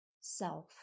self